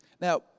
now